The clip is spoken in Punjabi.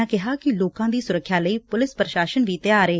ਉਨ੍ਹਾਂ ਕਿਹਾ ਕਿ ਲੋਕਾਂ ਦੀਂ ਸੁਰੱਖਿਆ ਲਈਂ ਪੁਲਿਸ ਪ੍ਰਸ਼ਾਸਨ ਵੀ ਤਿਆਰ ਏ